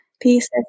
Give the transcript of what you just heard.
pieces